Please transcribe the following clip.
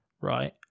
right